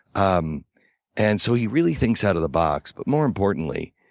um and so he really thinks out of the box. but more importantly,